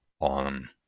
on